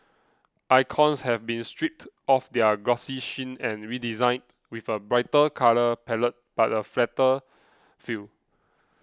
icons have been stripped of their glossy sheen and redesigned with a brighter colour palette but a flatter feel